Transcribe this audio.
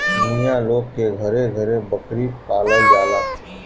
मिया लोग के घरे घरे बकरी पालल जाला